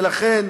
ולכן,